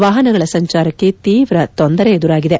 ವಾಹನಗಳ ಸಂಚಾರಕ್ಕೆ ತೀವ್ರ ತೊಂದರೆ ಎದುರಾಗಿದೆ